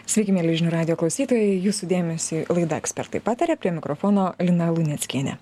sveiki mieli žinių radijo klausytojai jūsų dėmesiui laida ekspertai pataria prie mikrofono lina luneckienė